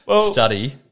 study